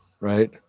Right